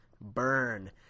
Burn